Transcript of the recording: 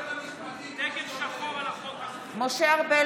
(קוראת בשמות חברי הכנסת) אופיר אקוניס,